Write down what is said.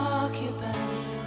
occupants